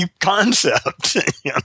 concept